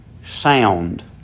sound